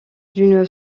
d’une